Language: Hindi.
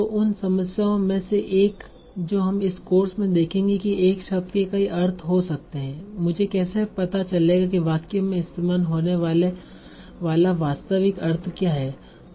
तो यह उन समस्याओं में से एक है जो हम इस कोर्स में देखेंगे कि एक शब्द के कई अर्थ हो सकते हैं मुझे कैसे पता चलेगा कि वाक्य में इस्तेमाल होने वाला वास्तविक अर्थ क्या है